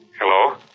Hello